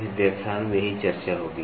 इस व्याख्यान में यही चर्चा होगी